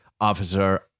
Officer